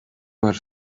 were